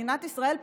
מדינת ישראל,